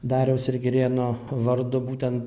dariaus ir girėno vardu būtent